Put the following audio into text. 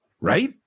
Right